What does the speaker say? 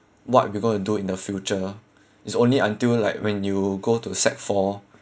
what we're gonna do in the future it's only until like when you go to sec four